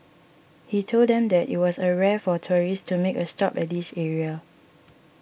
he told them that it was a rare for tourists to make a stop at this area